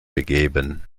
begeben